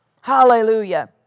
Hallelujah